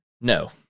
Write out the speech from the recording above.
No